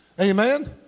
Amen